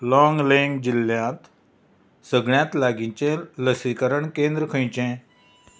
लाँगलेंग जिल्ल्यांत सगळ्यांत लागींचें लसीकरण केंद्र खंयचें